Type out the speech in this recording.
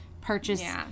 purchase